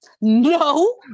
No